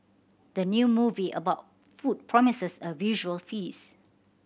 the new movie about food promises a visual feast